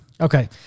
Okay